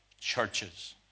churches